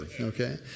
Okay